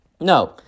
No